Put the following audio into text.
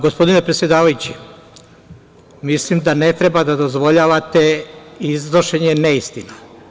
Gospodine predsedavajući, mislim da ne treba da dozvoljavate iznošenje neistina.